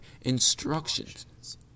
instructions